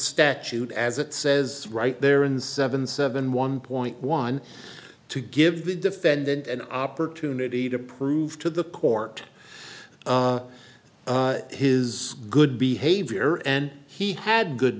statute as it says right there in seven seven one point one to give the defendant an opportunity to prove to the court his good behavior and he had good